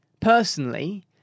personally